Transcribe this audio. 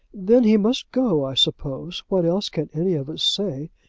then he must go, i suppose. what else can any of us say?